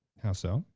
how so?